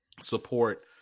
support